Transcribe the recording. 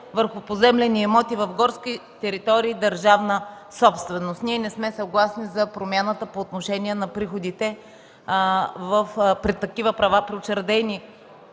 върху поземлени имоти в горски територии –държавна собственост. Ние не сме съгласни за промяната по отношение на приходите при такива учредени